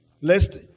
lest